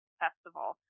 festival